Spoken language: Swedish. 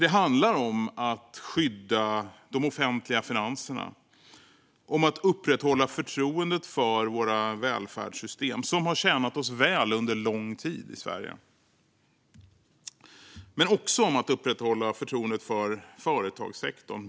Det handlar ju om att skydda de offentliga finanserna och om att upprätthålla förtroendet för våra välfärdssystem, som har tjänat Sverige väl under lång tid. Det handlar också om att upprätthålla förtroendet för företagssektorn.